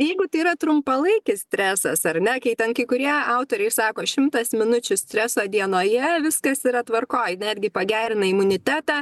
jeigu tai yra trumpalaikis stresas ar ne kai ten kai kurie autoriai sako šimtas minučių streso dienoje viskas yra tvarkoj netgi pagerina imunitetą